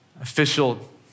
official